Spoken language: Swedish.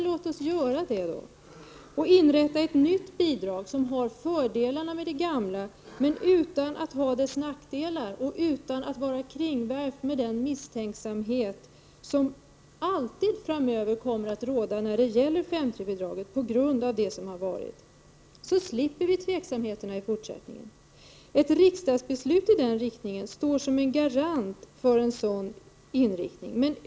Låt oss då göra det och inrätta ett nytt bidrag som har fördelarna med det gamla men utan att ha dess nackdelar och som inte är kringvärvt av den misstänksamhet som alltid framöver kommer att råda när det gäller 5:3-bidraget på grund av det som har varit! Gör vi det, slipper vi tveksamheterna i fortsättningen. Ett riksdagsbeslut med den innebörden skulle utgöra en garanti.